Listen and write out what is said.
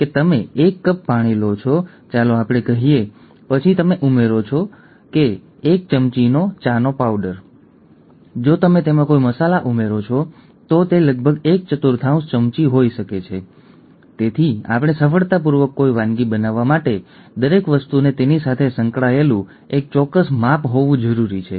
આ શબ્દો જેમાંથી કેટલાક આપણે અગાઉ જોયા છે સિકલ સેલ રોગ તમે જાણો છો સિકલ સેલ એનિમિયા તે જ વસ્તુ તેને સિકલ સેલ રોગ કહેવામાં આવે છે